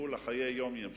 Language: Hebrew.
יישאר הרבה זמן,